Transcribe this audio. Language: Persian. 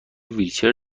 ویلچر